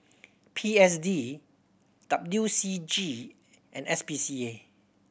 P S D W C G and S P C A